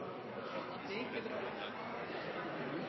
så viktig ting